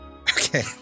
Okay